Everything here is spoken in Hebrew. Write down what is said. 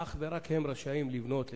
ואך ורק הם רשאים לבנות,